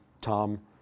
Tom